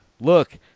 Look